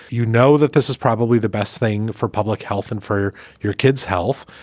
you know, that this is probably the best thing for public health and for your kids health.